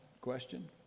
question